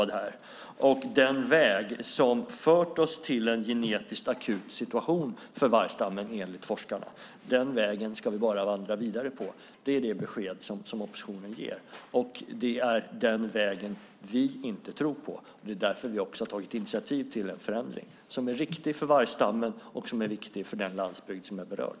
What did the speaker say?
Den väg som enligt forskarna fört oss till en genetiskt akut situation för vargstammen ska vi bara vandra vidare på. Det är det besked som oppositionen ger. Den vägen tror inte vi på, och därför har vi tagit initiativ till en förändring som är riktig för vargstammen och viktig för den landsbygd som är berörd.